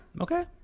Okay